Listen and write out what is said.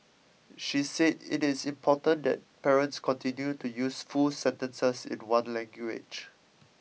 she said it is important that parents continue to use full sentences in one language